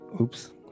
Oops